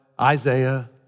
Isaiah